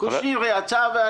קושניר יצא ואני הייתי לפניו.